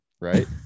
right